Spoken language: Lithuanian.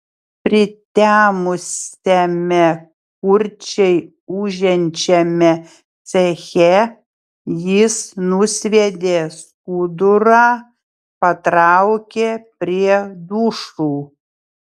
pritemusiame kurčiai ūžiančiame ceche jis nusviedė skudurą patraukė prie dušų